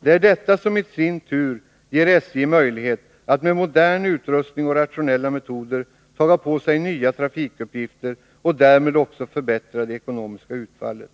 Det är detta som i sin tur ger SJ möjlighet att med modern utrustning och rationella metoder ta på sig nya trafikuppgifter och därmed också förbättra det ekonomiska utfallet.